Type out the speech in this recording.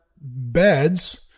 beds